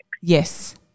Yes